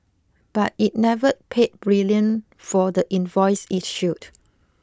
but it never paid brilliant for the invoice issued